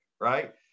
right